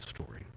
story